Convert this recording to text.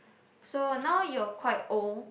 so now you're quite old